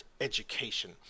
education